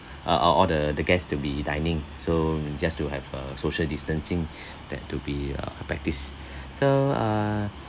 uh all all the the guest to be dining so you just to have uh social distancing that to be uh practise so ah